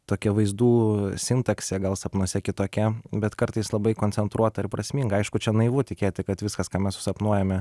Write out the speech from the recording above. tokia vaizdų sintaksė gal sapnuose kitokia bet kartais labai koncentruota ir prasminga aišku čia naivu tikėti kad viskas ką mes susapnuojame